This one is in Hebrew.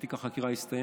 כשתיק החקירה יסתיים,